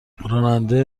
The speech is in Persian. راننده